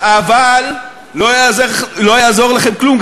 אבל לא יעזור לכם כלום,